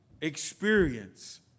experience